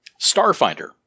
Starfinder